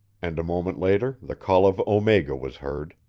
and a moment later the call of omega was heard.